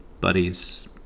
buddies